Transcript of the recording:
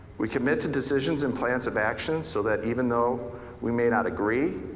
we commit to decisions and plans of action so that even though we may not agree,